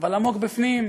אבל עמוק בפנים,